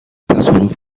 تصادف